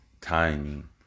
timing